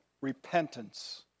repentance